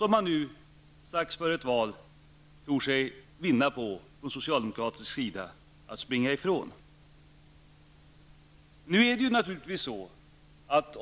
Men nu, strax före ett val, tror man sig från socialdemokraternas sida vinna på att springa ifrån dessa saker.